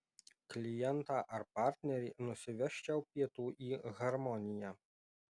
klientą ar partnerį nusivesčiau pietų į harmoniją